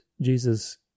Jesus